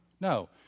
no